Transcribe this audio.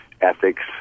ethics